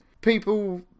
People